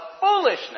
foolishness